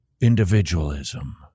individualism